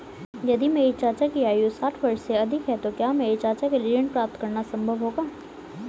यदि मेरे चाचा की आयु साठ वर्ष से अधिक है तो क्या मेरे चाचा के लिए ऋण प्राप्त करना संभव होगा?